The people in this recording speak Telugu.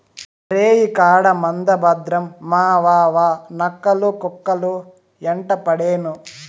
రేయికాడ మంద భద్రం మావావా, నక్కలు, కుక్కలు యెంటపడేను